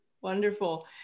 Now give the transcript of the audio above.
Wonderful